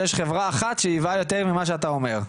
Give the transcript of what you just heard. שיש חברה אחת לבד שייבאה יותר ממה שאתה אומר.